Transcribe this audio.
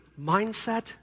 mindset